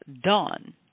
done